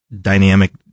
dynamic